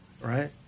right